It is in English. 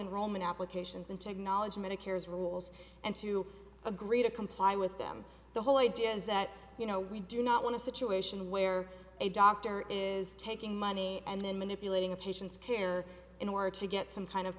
enrollment applications and to acknowledge medicare's rules and to agree to comply with them the whole idea is that you know we do not want to situation where a doctor is taking money and then manipulating a patient's care in order to get some kind of